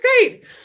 great